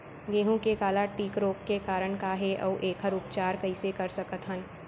गेहूँ के काला टिक रोग के कारण का हे अऊ एखर उपचार कइसे कर सकत हन?